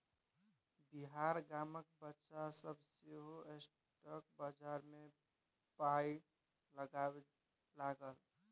बिहारक गामक बच्चा सभ सेहो स्टॉक बजार मे पाय लगबै लागल